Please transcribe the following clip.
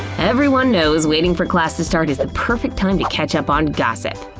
everyone knows waiting for class to start is the perfect time to catch up on gossip.